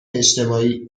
اجتماعی